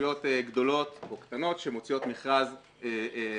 רשויות גדולות או קטנות שמוציאות מכרז מעצמן,